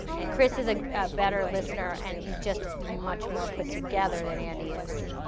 and chris is a better listener and he's just much more put together than andy is.